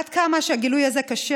עד כמה שהגילוי הזה קשה,